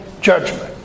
judgment